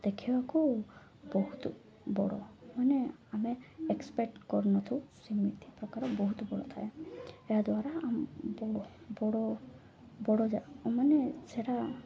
ଦେଖିବାକୁ ବହୁତ ବଡ଼ ମାନେ ଆମେ ଏକ୍ସପେକ୍ଟ କରୁନଥିବୁ ସେମିତି ପ୍ରକାର ବହୁତ ବଡ଼ ଥାଏ ଏହାଦ୍ୱାରା ଆମ ବଡ଼ ବଡ଼ ଯା ମାନେ ସେଇଟା